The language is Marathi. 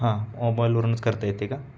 हां मोबाइलवरूनच करता येते का